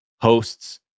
hosts